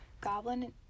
Goblin